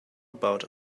about